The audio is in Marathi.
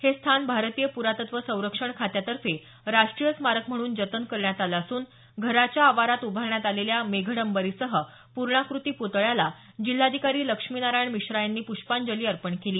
हे स्थान भारतीय प्रातत्त्व संरक्षण खात्यातर्फे राष्ट्रीय स्मारक म्हणून जतन करण्यात आलं असून घराच्या आवारात उभारण्यात आलेल्या मेघडंबरीसह पूर्णाकृती पुतळ्याला जिल्हाधिकारी लक्ष्मीनारायण मिश्रा यांनी प्रष्पाजंली अर्पण केली